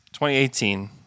2018